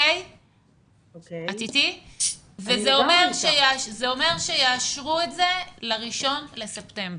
זה אומר שיאשרו את זה ל-1 בספטמבר.